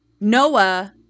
Noah